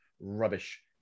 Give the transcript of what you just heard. rubbish